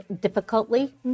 Difficultly